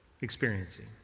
experiencing